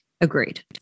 Agreed